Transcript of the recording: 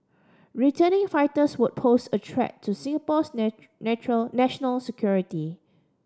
returning fighters would pose a threat to Singapore's natural national security